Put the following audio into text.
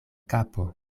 kapo